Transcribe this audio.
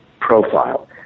profile